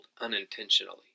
unintentionally